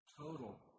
total